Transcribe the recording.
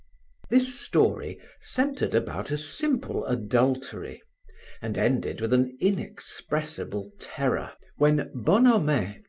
this story centered about a simple adultery and ended with an inexpressible terror when bonhomet,